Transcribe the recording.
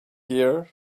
year